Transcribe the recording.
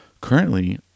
Currently